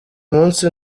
munsi